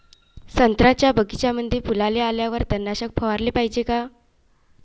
संत्र्याच्या बगीच्यामंदी फुलाले आल्यावर तननाशक फवाराले पायजे का?